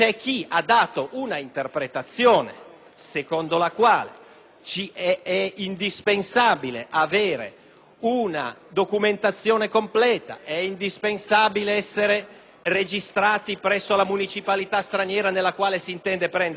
è indispensabile avere una documentazione completa ed essere registrati presso la municipalità straniera nella quale si intende prendere la residenza - nel qual caso